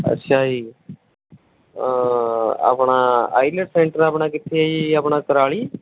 ਅੱਛਾ ਜੀ ਆਪਣਾ ਆਈਲੈਟਸ ਸੈਂਟਰ ਆਪਣਾ ਕਿੱਥੇ ਹੈ ਜੀ ਆਪਣਾ ਕੁਰਾਲੀ